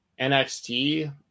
NXT